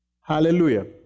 Hallelujah